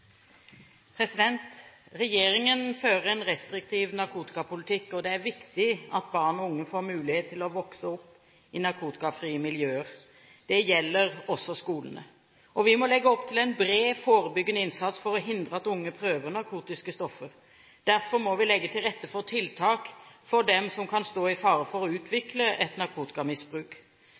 viktig at barn og unge får mulighet til å vokse opp i narkotikafrie miljøer. Det gjelder også skolene. Vi må legge opp til en bred, forebyggende innsats for å hindre at unge prøver narkotiske stoffer. Derfor må vi legge til rette for tiltak for dem som kan stå i fare for å utvikle et narkotikamisbruk.